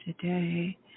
today